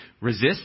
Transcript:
resist